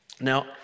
Now